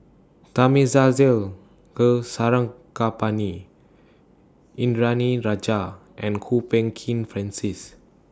Thamizhavel Go Sarangapani Indranee Rajah and Kwok Peng Kin Francis